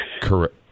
Correct